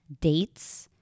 dates